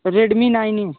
Redmi nine a